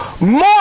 more